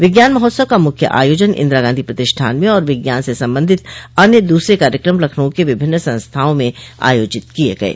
विज्ञान महोत्सव का मुख्य आयोजन इंदिरा गांधी प्रतिष्ठान में और विज्ञान से संबंधित अन्य दूसरे कार्यक्रम लखनऊ के विभिन्न संस्थाओं में आयोजित किये गये